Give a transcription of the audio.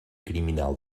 criminal